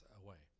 away